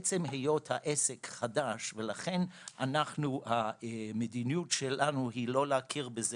עצם היות העסק חדש ולכן המדיניות שלנו היא לא להכיר בזה